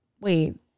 Wait